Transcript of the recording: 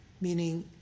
meaning